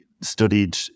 studied